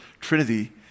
Trinity